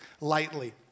lightly